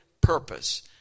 purpose